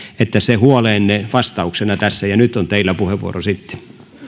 että se huoleenne vastauksena tässä ja nyt on teillä puheenvuoro sitten